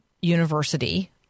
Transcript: university